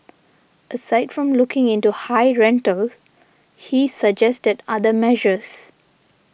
aside from looking into high rentals he suggested other measures